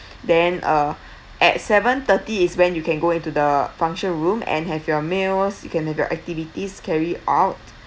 then uh at seven-thirty is when you can go into the function room and have your meals you can have your activities carried out